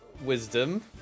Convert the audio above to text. Wisdom